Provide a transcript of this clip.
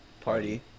party